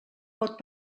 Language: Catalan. pot